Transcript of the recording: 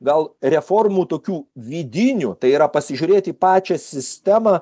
gal reformų tokių vidinių tai yra pasižiūrėt į pačią sistemą